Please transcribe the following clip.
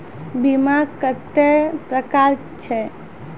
बीमा कत्तेक प्रकारक छै?